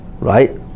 right